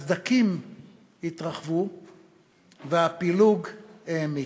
הסדקים התרחבו והפילוג העמיק.